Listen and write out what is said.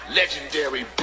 legendary